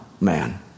man